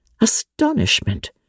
Astonishment